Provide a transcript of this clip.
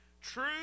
True